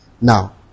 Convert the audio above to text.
Now